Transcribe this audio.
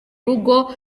rugo